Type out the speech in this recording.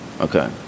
okay